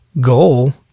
goal